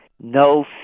no